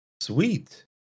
Sweet